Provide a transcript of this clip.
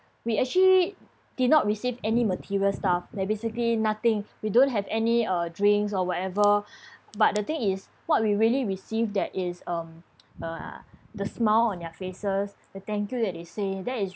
we actually did not receive any material stuff like basically nothing we don't have any uh drinks or whatever but the thing is what we really receive that is um uh the smile on their faces the thank you that they say that is